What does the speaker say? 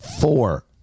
Four